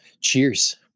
Cheers